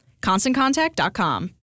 ConstantContact.com